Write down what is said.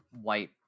white